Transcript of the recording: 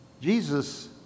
Jesus